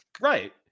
right